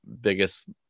biggest